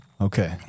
Okay